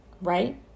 right